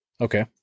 Okay